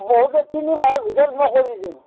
হওঁতে তিনিমাহৰ ভিতৰত মই কৰি দিম